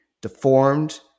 deformed